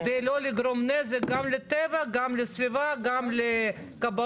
כדי לא לגרום נזק גם לטבע, גם לסביבה, גם לכבאות.